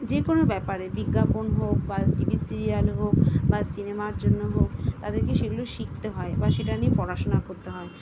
যে কোনও ব্যাপারে বিজ্ঞাপন হোক বা টিভি সিরিয়াল হোক বা সিনেমার জন্য হোক তাদেরকে সেগুলো শিখতে হয় বা সেটা নিয়ে পড়াশুনা করতে হয়